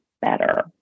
better